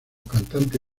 cantante